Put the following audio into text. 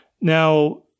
Now